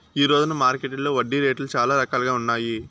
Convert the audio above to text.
ఈ రోజున మార్కెట్టులో వడ్డీ రేట్లు చాలా రకాలుగా ఉన్నాయి